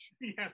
Yes